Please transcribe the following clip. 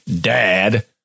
Dad